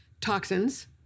toxins